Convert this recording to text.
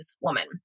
woman